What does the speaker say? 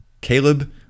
Caleb